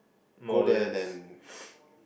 go there then